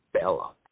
Bella